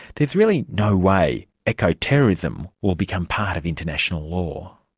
there's really no way eco-terrorism will become part of international law.